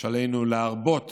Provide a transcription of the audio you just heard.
שעלינו להרבות